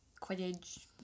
quidditch